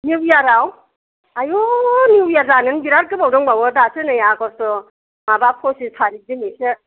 new year याव आयु new year जानोनो बिराथ गोबाव दंबावो दासो नै आगष्ट माबा फसिस तारिक दिनैसो